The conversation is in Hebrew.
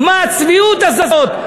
מה הצביעות הזאת?